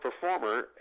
performer